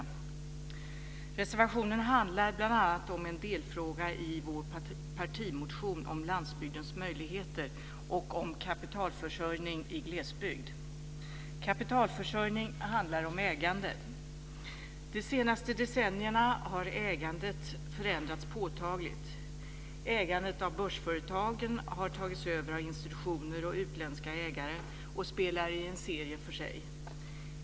Reservationen handlar bl.a. om en delfråga i vår partimotion om landsbygdens möjligheter och om kapitalförsörjning i glesbygd. Kapitalförsörjning handlar om ägandet. De senaste decennierna har ägandet förändrats påtagligt. Ägandet av börsföretagen har tagits över av institutioner och utländska ägare och spelar i en serie för sig.